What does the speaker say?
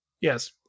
Yes